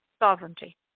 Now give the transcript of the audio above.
sovereignty